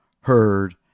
heard